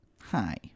Hi